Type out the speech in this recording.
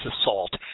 assault